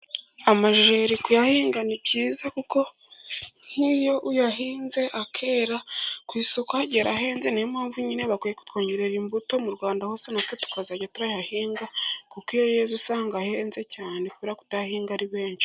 Amajeri kuyahinga ni byiza, kuko nk'iyo uyahinze agera ku isoko ahenze. Niyo mpamvu nyine bakwiye kutwongerera imbuto mu Rwanda, hose na twe tukazajya turayahinga, kuko iyo yeze usanga ahenze cyane kubera kutayahinga ari benshi.